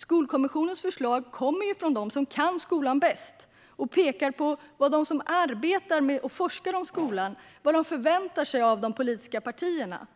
Skolkommissionens förslag kommer från dem som kan skolan bäst och pekar på vad de som arbetar i och de som forskar om skolan förväntar sig av de politiska partierna.